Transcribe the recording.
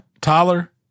Tyler